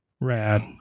Rad